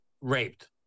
raped